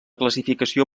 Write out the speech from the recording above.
classificació